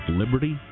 liberty